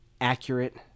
accurate